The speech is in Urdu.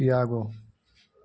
چیاگو